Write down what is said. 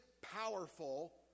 powerful